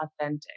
authentic